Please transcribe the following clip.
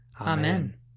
Amen